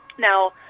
Now